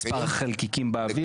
מספר החלקיקים באוויר?